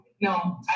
No